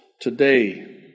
today